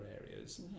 areas